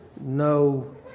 no